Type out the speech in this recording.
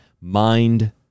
Mind